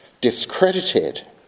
discredited